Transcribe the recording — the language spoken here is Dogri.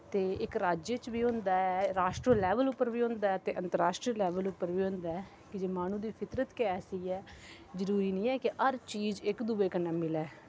ते इक राज च बी होंदा ऐ राश्ट्र लेवल उप्पर बी होंदा ऐ ते अंतर राश्ट्री लेवल उप्पर बी होंदा ऐ की जे माह्नू दी फितरत गै ऐसी ऐ जरूरी निं ऐ कि हर चीज इक दूए कन्नै मिलै